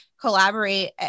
collaborate